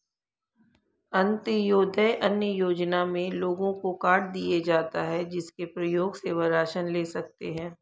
अंत्योदय अन्न योजना में लोगों को कार्ड दिए जाता है, जिसके प्रयोग से वह राशन ले सकते है